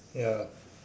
ya